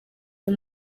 uyu